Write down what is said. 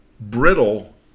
brittle